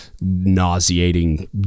nauseating